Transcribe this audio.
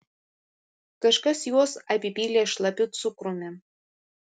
kažkas juos apipylė šlapiu cukrumi